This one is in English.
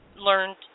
learned